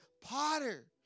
potter